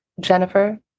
jennifer